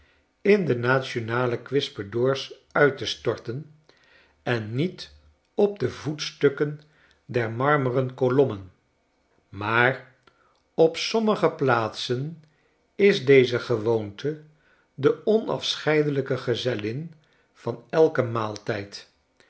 in de nationale kwispedoors uit te storten en niet op de voetstukken der marmeren kolommen maar op sommige plaatsen is deze gewoonte de onafscheidelijke gezellin van elken maal